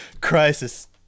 Crisis